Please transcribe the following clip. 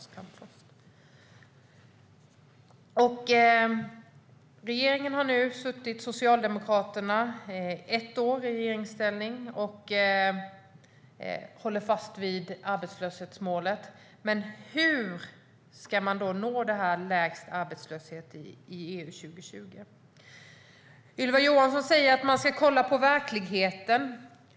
Socialdemokraterna har nu suttit ett år i regeringsställning och håller fast vid arbetslöshetsmålet. Hur ska man då nå målet lägst arbetslöshet i EU 2020? Ylva Johansson säger att man ska kolla på verkligheten.